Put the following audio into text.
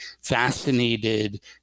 fascinated